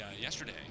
yesterday